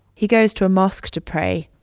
he goes to a mosque to pray.